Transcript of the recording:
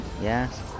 Yes